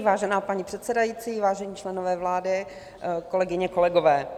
Vážená paní předsedající, vážení členové vlády, kolegyně, kolegové.